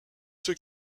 ceux